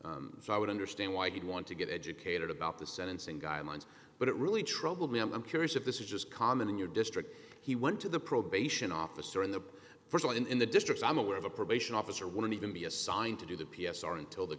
experience so i would understand why you'd want to get educated about the sentencing guidelines but it really troubled me i'm curious if this is just common in your district he went to the probation officer in the first one in the district i'm aware of a probation officer wouldn't even be assigned to do the p s r until the